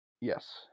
Yes